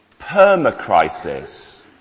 permacrisis